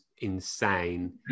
insane